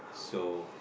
so